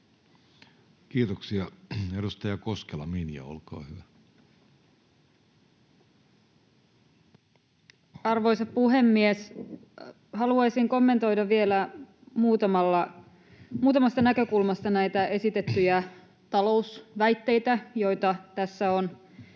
lakien muuttamisesta Time: 17:53 Content: Arvoisa puhemies! Haluaisin kommentoida vielä muutamasta näkökulmasta näitä esitettyjä talousväitteitä, joita tässä on